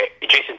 Jason